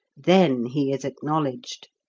then he is acknowledged.